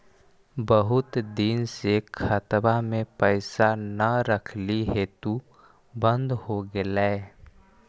बहुत दिन से खतबा में पैसा न रखली हेतू बन्द हो गेलैय?